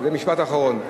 זה משפט אחרון.